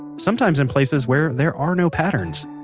sometimes in places where there are no patterns.